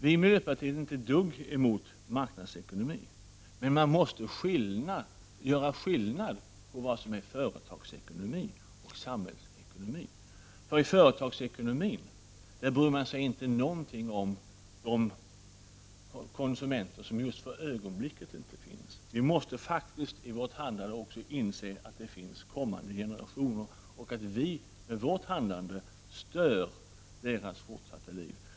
Vi i miljöpartiet är inte alls emot marknadsekonomi. Men man måste göra skillnad mellan vad som är företagsekonomi och samhällsekonomi. I företagsekonomi bryr man sig inte alls om de konsumenter som för ögonblicket inte finns. Vi måste i vårt handlande inse att det finns kommande generationer och att vi med vårt handlande stör deras fortsatta liv.